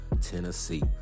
Tennessee